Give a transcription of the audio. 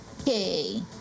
Okay